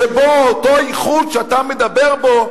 שבו אותו ייחוד שאתה מדבר בו,